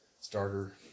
starter